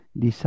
di